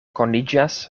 koniĝas